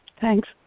Thanks